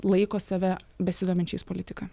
laiko save besidominčiais politika